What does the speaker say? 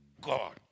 God